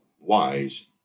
wise